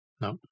No